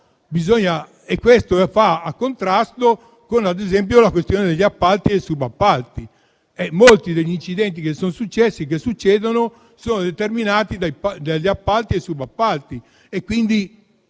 Questo è in contrasto con la questione degli appalti e dei subappalti. Molti degli incidenti che sono successi e succedono sono determinati dagli appalti e dai subappalti,